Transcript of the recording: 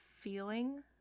feeling